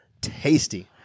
Tasty